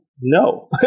no